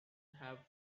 have